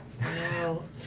No